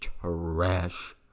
trash